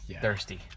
thirsty